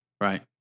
Right